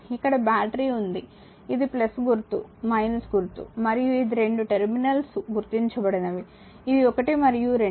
ఇక్కడ బ్యాటరీ ఉంది ఇది గుర్తు గుర్తు మరియు ఇది 2 టెర్మినల్స్ గుర్తించబడినవి ఇవి 1 మరియు 2